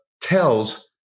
tells